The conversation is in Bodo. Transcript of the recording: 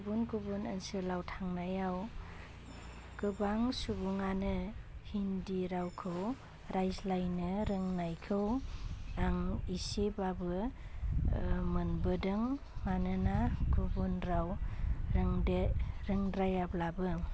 गुबुन गुबुन ओनसोलाव थांनायाव गोबां सुबुङानो हिन्दी रावखौ रायज्लायनो रोंनायखौ आं एसेबाबो मोनबोदों मानोना गुबुन राव रोंदेर रोंद्रायाब्लाबो